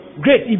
Great